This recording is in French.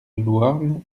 louarn